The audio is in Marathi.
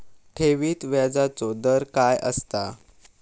ठेवीत व्याजचो दर काय असता?